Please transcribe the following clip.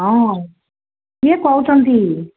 ହଁ କିଏ କହୁଛନ୍ତି